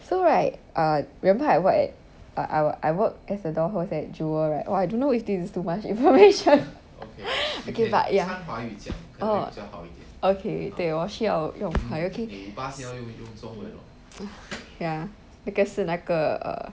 so right err remember I at I I work as a door host at jewel right !wah! I don't know if this is too much information oh okay but ya orh okay 对我需要用 but okay ya 那个是那个 err